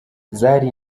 zari